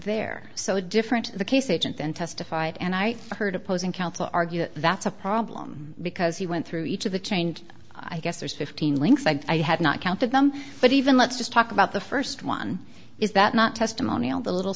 there so different the case agent then testified and i heard opposing counsel argue that that's a problem because he went through each of the change i guess there's fifteen links i have not counted them but even let's just talk about the first one is that not testimony on the little